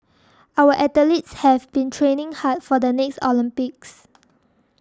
our athletes have been training hard for the next Olympics